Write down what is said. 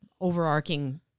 overarching